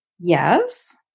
Yes